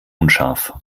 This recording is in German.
unscharf